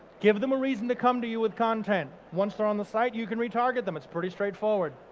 give them a reason to come to you with content, once they're on the site, you can retarget them. it's pretty straightforward.